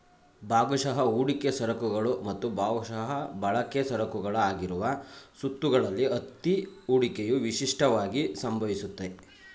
ಭಾಗಶಃ ಹೂಡಿಕೆ ಸರಕುಗಳು ಮತ್ತು ಭಾಗಶಃ ಬಳಕೆ ಸರಕುಗಳ ಆಗಿರುವ ಸುತ್ತುಗಳಲ್ಲಿ ಅತ್ತಿ ಹೂಡಿಕೆಯು ವಿಶಿಷ್ಟವಾಗಿ ಸಂಭವಿಸುತ್ತೆ